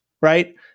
right